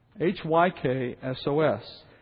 H-Y-K-S-O-S